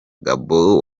gabon